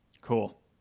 Cool